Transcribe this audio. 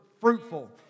fruitful